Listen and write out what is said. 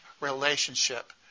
relationship